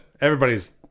Everybody's